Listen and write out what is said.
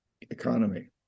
economy